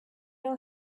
know